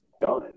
done